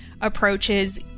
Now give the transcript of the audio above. approaches